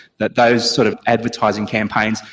that those sort of advertising campaigns,